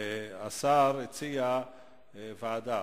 השר הציע ועדה.